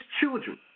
children